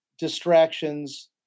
Distractions